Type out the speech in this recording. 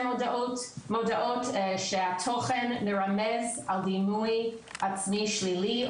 מודעות שהתוכן מרמז על דימוי עצמי שלילי,